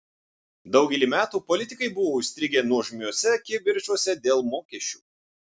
daugelį metų politikai buvo užstrigę nuožmiuose kivirčuose dėl mokesčių